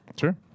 Sure